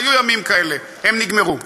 היו ימים כאלה, הם נגמרו.